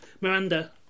Miranda